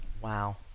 Wow